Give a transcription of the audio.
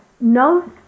no